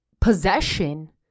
possession